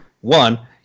one